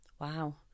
Wow